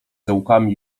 zaułkami